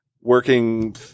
working